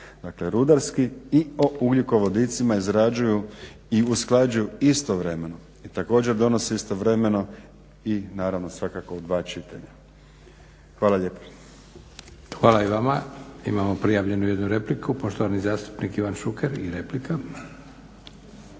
dakle rudarski i o ugljikovodicima izrađuju i usklađuju istovremeno i također donose istovremeno, i naravno svakako u dva čitanja. Hvala lijepa. **Leko, Josip (SDP)** Hvala i vama. Imamo prijavljenu jednu repliku, poštovani zastupnik Ivan Šuker i replika.